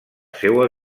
seua